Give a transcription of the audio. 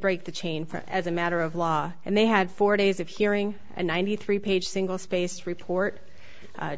break the chain for as a matter of law and they had four days of hearing and ninety three page single spaced report